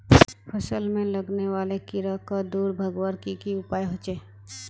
फसल में लगने वाले कीड़ा क दूर भगवार की की उपाय होचे?